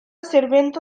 serventa